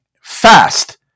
fast